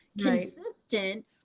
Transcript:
consistent